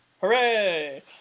Hooray